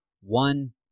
one